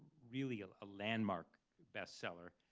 really ah a landmark bestseller,